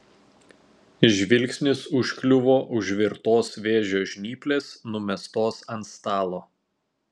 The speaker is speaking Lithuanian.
žvilgsnis užkliuvo už virtos vėžio žnyplės numestos ant stalo